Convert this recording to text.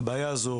הבעיה הזו,